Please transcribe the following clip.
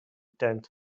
tenth